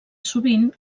sovint